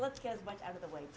let's get out of the way